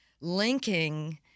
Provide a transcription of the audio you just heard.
linking